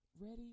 Ready